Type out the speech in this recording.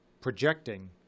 projecting